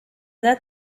let